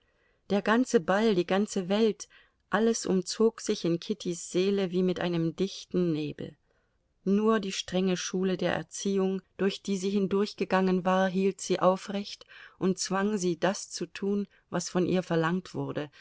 der ganze ball die ganze welt alles umzog sich in kittys seele wie mit einem dichten nebel nur die strenge schule der erziehung durch die sie hindurchgegangen war hielt sie aufrecht und zwang sie das zu tun was von ihr verlangt wurde